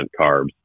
carbs